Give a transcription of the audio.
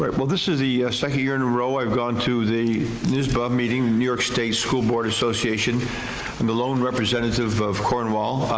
but well, this is the second year in a row i've gone to the nysba meeting, new york state school board association and the lone representative of cornwall.